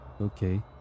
okay